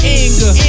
anger